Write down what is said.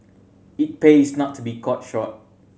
it pays not to be caught short